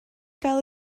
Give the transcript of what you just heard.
gael